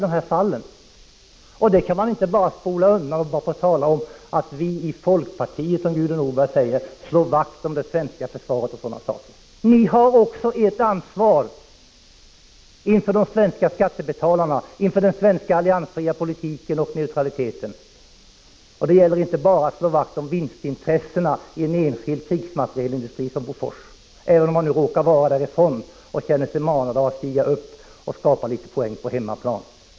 Det kan man inte bara spola undan och, som Gudrun Norberg, börja tala om att man i folkpartiet slår vakt om det svenska försvaret, osv. Ni har också ert ansvar inför de svenska skattebetalarna, inför den svenska alliansfria politiken och neutraliteten. Det gäller inte bara att slå vakt om vinstintressena i en enskild krigsmaterielindustri som Bofors, även om man nu råkar vara från Bofors och känner sig manad att gå upp i talarstolen och på så sätt skaffa litet poäng på hemmaplan.